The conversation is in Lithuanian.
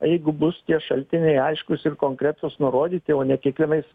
jeigu bus tie šaltiniai aiškūs ir konkretūs nurodyti o ne kiekvienais